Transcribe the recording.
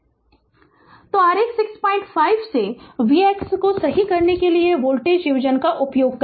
Refer Slide Time 2302 तो आरेख 65 से vx को सही करने के लिए वोल्टेज डिवीजन का उपयोग करें